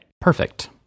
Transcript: Perfect